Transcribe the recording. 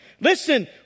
Listen